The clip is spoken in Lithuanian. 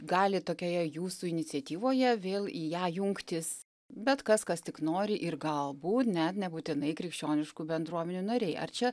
gali tokioje jūsų iniciatyvoje vėl į ją jungtis bet kas kas tik nori ir galbūt net nebūtinai krikščioniškų bendruomenių nariai ar čia